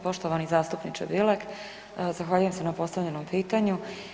Poštovani zastupniče Bilek, zahvaljujem se na postavljenom pitanju.